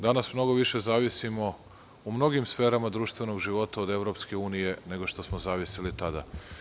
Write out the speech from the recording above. Danas mnogo više zavisimo u mnogim sferama društvenog života od EU, nego što smo zavisili tada.